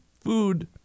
food